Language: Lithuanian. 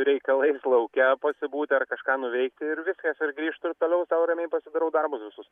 reikalais lauke pasibūti ar kažką nuveikti ir viskas ir grįžtu ir toliau sau ramiai pasidarau darbus visus